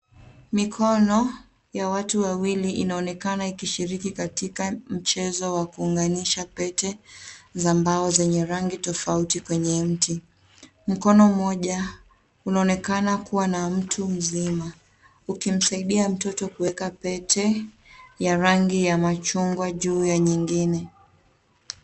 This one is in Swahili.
Mikono ya watu wawili inaonekana ikishiriki katika mchezo wa kuunganisha pete za mbao zenye rangi tofauti kwenye mti. Mkono mmoja unaonekana kuwa na mtu mzima ukimsaidia mtoto kuweka pete ya rangi ya machungwa juu ya nyingine.